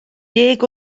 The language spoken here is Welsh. deg